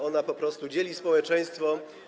Ona po prostu dzieli społeczeństwo.